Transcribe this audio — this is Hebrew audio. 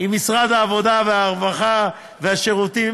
עם משרד הרווחה והשירותים